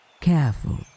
Careful